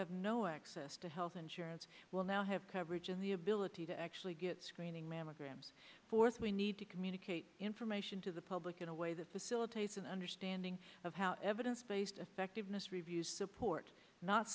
have no access to health insurance will now have coverage and the ability to actually get screening mammograms fourth we need to communicate information to the public in a way that facilitates an understanding of how evidence based effectiveness review support not